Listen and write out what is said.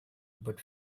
but